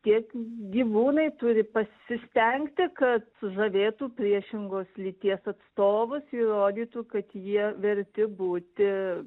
tiek gyvūnai turi pasistengti kad sužavėtų priešingos lyties atstovus įrodytų kad jie verti būti